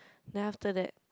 then after that